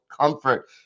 comfort